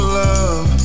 love